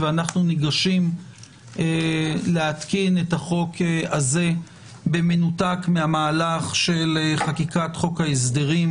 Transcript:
ואנחנו ניגשים להתקין את החוק הזה במנותק מהמהלך של חקיקת חוק ההסדרים,